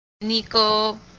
Nico